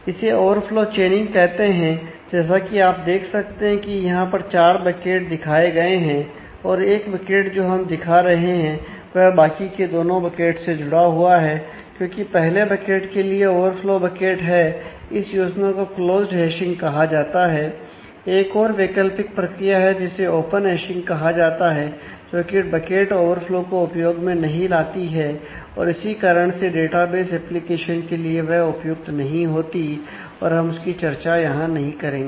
इसे overflow chaining को उपयोग में नहीं लाती है और इसी कारण से डेटाबेस एप्लीकेशन के लिए वह उपयुक्त नहीं होती और हम उसकी चर्चा यहां नहीं करेंगे